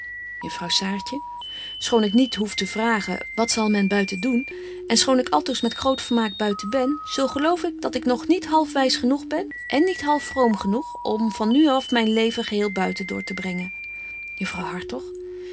juffrouw saartje schoon ik niet hoef to vragen wat zal men buiten doen en schoon ik altoos met groot vermaak buiten ben zo geloof ik dat ik nog niet half wys genoeg ben en niet half vroom genoeg ook om van nu af myn leven geheel buiten door te brengen